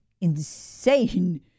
insane